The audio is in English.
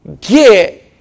get